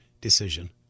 decision